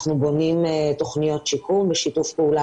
אנחנו בונים תוכניות שיקום בשיתוף פעולה